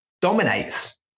dominates